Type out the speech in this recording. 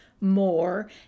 more